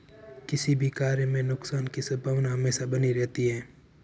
किसी भी कार्य में नुकसान की संभावना हमेशा बनी रहती है